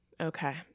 Okay